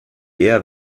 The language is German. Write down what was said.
eher